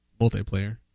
multiplayer